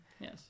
Yes